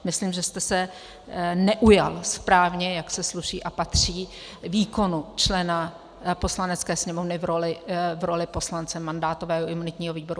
Myslím, že jste se neujal správně, jak se sluší a patří, výkonu člena Poslanecké sněmovny v roli poslance mandátového a imunitního výboru.